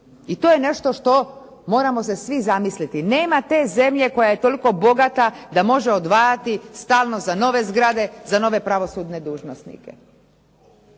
I to je nešto što moramo se svi zamisliti. Nema te zemlje koja je toliko bogata da može odvajati stalno za nove zgrade, za nove pravosudne dužnosnike.